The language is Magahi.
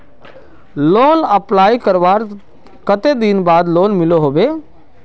लोन अप्लाई करवार कते दिन बाद लोन मिलोहो होबे?